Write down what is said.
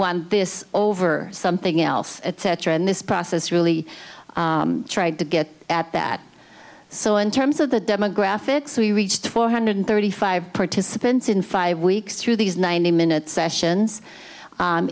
want this over something else etc and this process really tried to get at that so in terms of the demographics we reached four hundred thirty five participants in five weeks through these ninety minute sessions